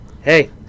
hey